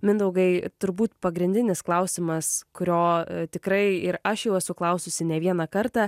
mindaugai turbūt pagrindinis klausimas kurio tikrai ir aš jau esu klaususi ne vieną kartą